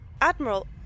Admiral